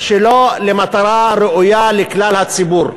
שלא למטרה ראויה לכלל הציבור,